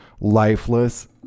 lifeless